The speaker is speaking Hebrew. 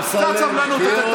קצת סבלנות.